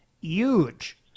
huge